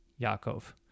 Yaakov